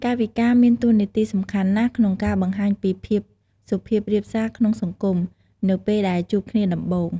កាយវិការមានតួនាទីសំខាន់ណាស់ក្នុងការបង្ហាញពី ភាពសុភាពរាបសារក្នុងសង្គមនៅពេលដែលជួបគ្នាដំបូង។